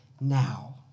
now